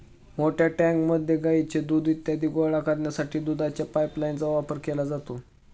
मोठ्या टँकमध्ये गाईचे दूध इत्यादी गोळा करण्यासाठी दुधाच्या पाइपलाइनचा वापर केला जातो